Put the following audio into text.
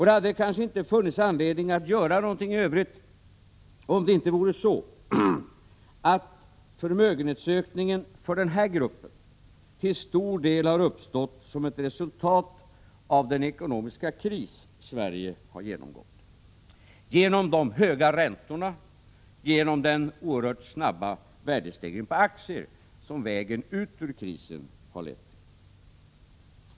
Det hade kanske inte funnits anledning att göra någonting i övrigt om det inte vore så, att förmögenhetsökningen för den här gruppen till stor del har uppstått som ett resultat av den ekonomiska kris som Sverige har genomgått och av de höga räntor och den oerhört snabba värdestegring på aktier som vägen ut ur krisen har lett till.